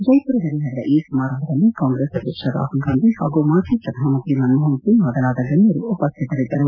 ಜೈಪುರದಲ್ಲಿ ನಡೆದ ಈ ಸಮಾರಂಭದಲ್ಲಿ ಕಾಂಗ್ರೆಸ್ ಅಧ್ಯಕ್ಷ ರಾಹುಲ್ ಗಾಂಧಿ ಹಾಗೂ ಮಾಜಿ ಪ್ರಧಾನಮಂತ್ರಿ ಮನಮೋಹನ್ ಸಿಂಗ್ ಮೊದಲಾದ ಗಣ್ಯರು ಉಪಸ್ತಿತರಿದ್ದರು